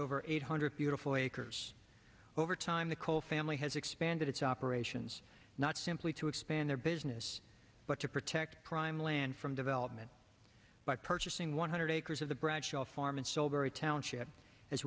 over eight hundred beautiful acres over time the coal family has expanded its operations not simply to expand their business but to protect prime land from development by purchasing one hundred acres of the bradshaw farm and sold very township as